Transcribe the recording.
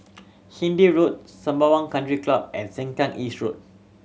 Hindhede Road Sembawang Country Club and Sengkang East Road